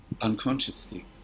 unconsciously